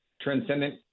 transcendent